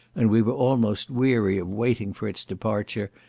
and we were almost weary of waiting for its departure,